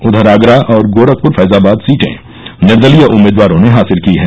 उधर आगरा और गोरखपुर फैजाबाद सीटें निर्दलीय उम्मीदवारों ने हासिल की है